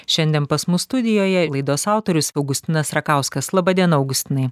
šiandien pas mus studijoje laidos autorius augustinas rakauskas laba diena augustinai